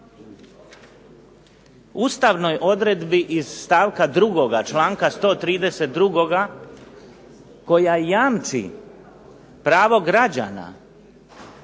Ustavnoj odredbi iz stavka 2. čl. 132. koja jamči pravo građana